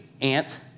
ant